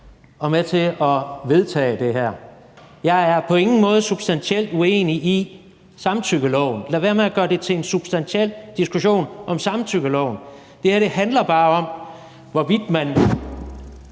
og med til at vedtage det her. Jeg er på ingen måde substantielt uenig i samtykkeloven. Lad være med at gøre det til en substantiel diskussion om samtykkeloven. Det her handler bare om, hvorvidt man